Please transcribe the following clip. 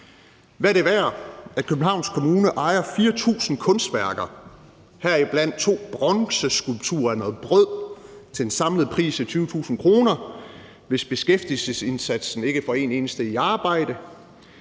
Hvad er det værd, at Københavns Kommune ejer 4.000 kunstværker, heriblandt to bronzeskulpturer af noget brød til en samlet værdi af 20.000 kr., hvis beskæftigelsesindsatsen ikke får en eneste i arbejde?